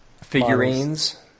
Figurines